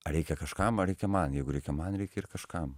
ar reikia kažkam ar reikia man jeigu reikia man reikia ir kažkam